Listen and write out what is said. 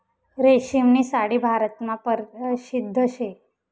रेशीमनी साडी भारतमा परशिद्ध शे